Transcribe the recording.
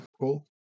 Cool